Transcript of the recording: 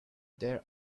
there